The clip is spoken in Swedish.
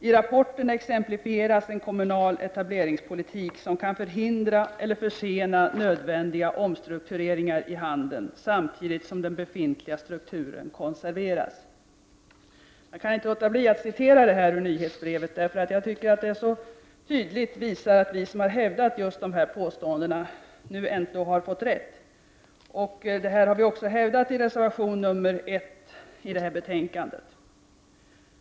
I rapporten exemplifieras en kommunal etableringspolitik som kan förhindra eller försena nödvändiga omstruktureringar i handeln samtidigt som den befintliga strukturen konserveras.” Jag kunde inte låta bli att citera detta ur nyhetsbrevet, eftersom jag anser att det så tydligt visar att vi som hävdat dessa åsikter nu har fått rätt. Detta hävdar vi reservanter också i reservation nr 1 till detta betänkande.